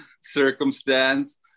circumstance